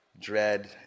dread